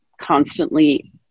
constantly